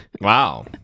Wow